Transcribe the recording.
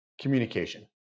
Communication